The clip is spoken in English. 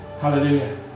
Hallelujah